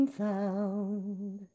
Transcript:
found